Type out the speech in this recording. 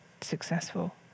successful